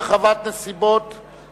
הרחבת זכאות לקבלת מענק)